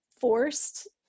forced